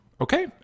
okay